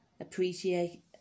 appreciate